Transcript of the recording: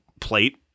plate